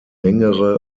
längere